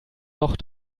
noch